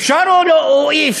אפשר או אי-אפשר?